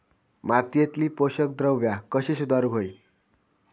मातीयेतली पोषकद्रव्या कशी सुधारुक होई?